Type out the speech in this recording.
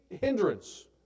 hindrance